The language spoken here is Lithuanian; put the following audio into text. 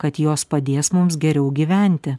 kad jos padės mums geriau gyventi